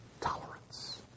tolerance